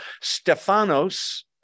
Stephanos